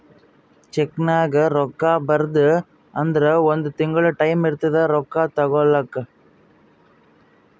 ಚೆಕ್ನಾಗ್ ರೊಕ್ಕಾ ಬರ್ದಿ ಅಂದುರ್ ಒಂದ್ ತಿಂಗುಳ ಟೈಂ ಇರ್ತುದ್ ರೊಕ್ಕಾ ತಗೋಲಾಕ